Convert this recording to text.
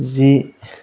जि